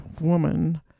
woman